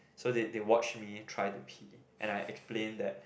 so they they watched me try to pee and I explained that